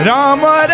Rama